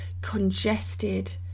congested